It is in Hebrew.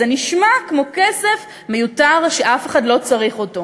זה נשמע כמו כסף מיותר שאף אחד לא צריך אותו.